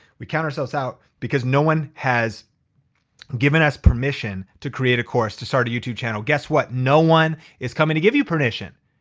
we count ourselves out because no one has given us permission to create a course, to start a youtube channel. guess what? no one is coming to give you permission.